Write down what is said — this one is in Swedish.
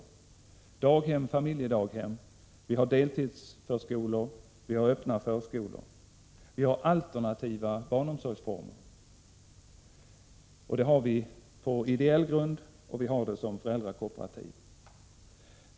Vi har daghem, familjedaghem, deltidsförskolor och öppna förskolor. Vi har alternativa barnomsorgsformer — barnomsorgsformer på ideell grund och som föräldrakooperativ.